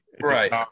right